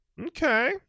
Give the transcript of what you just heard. Okay